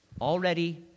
already